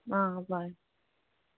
bye